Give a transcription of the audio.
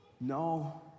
No